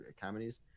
comedies